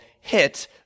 Hit